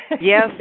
Yes